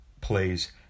plays